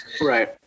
right